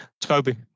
Toby